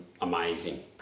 amazing